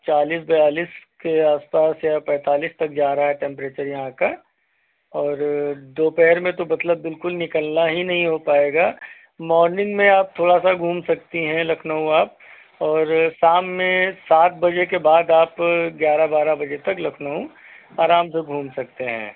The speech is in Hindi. चालीस बयालीस के आस पास या पैंतालिस तक जा रहा है टेंपरेचर यहां का और दोपहर में तो मतलब बिल्कुल निकालना ही नहीं हो पाएगा मॉर्निंग में आप थोड़ा सा घूम सकती हैं लखनऊ आप और शाम में सात बजे के बाद आप ग्यारह बारह बजे तक लखनऊ आराम से घूम सकते हैं